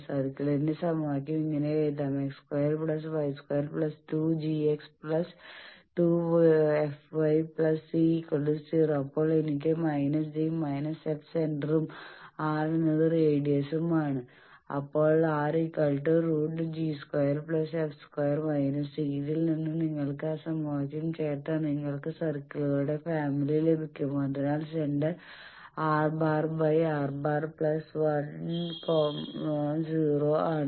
സർക്കിൾന്റെ സമവാക്യം ഇങ്ങനെ എഴുതാം x2 y22 gx2 fy c0 അപ്പോൾ എനിക്ക് −g−f സെന്ററും R⁻ എന്നത് റേഡിസും ആണ് അപ്പോൾ r√g2 f 2−c ഇതിൽ നിന്ന് നിങ്ങൾ ആ സമവാക്യം ചേർത്താൽ നിങ്ങൾക്ക് സർക്കിളുകളുടെ ഫാമിലി ലഭിക്കും അതിനാൽ സെന്റർ R⁻R⁻ 10 ആണ്